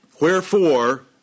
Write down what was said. Wherefore